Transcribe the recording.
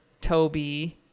Toby